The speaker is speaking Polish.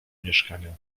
mieszkania